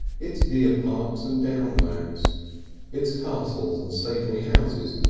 its deer parks and downland, its castles and stately houses,